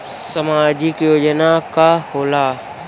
सामाजिक योजना का होला?